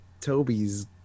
Toby's